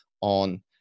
on